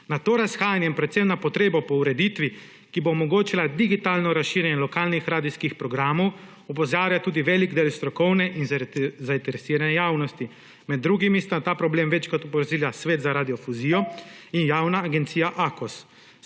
Na to razhajanje in predvsem na potrebo po ureditvi, ki bo omogočila digitalno razširjenje lokalnih radijskih programov, opozarja tudi velik del strokovne in zainteresirane javnosti, med drugimi sta na ta problem večkrat opazila Sveta za radiodifuzijo in javna agencija Akos.